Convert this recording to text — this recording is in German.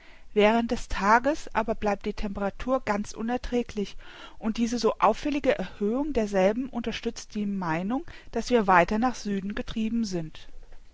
während des tages aber bleibt die temperatur ganz unerträglich und diese so auffällige erhöhung derselben unterstützt die meinung daß wir weiter nach süden getrieben sind